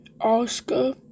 Oscar